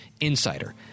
insider